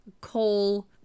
coal